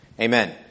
Amen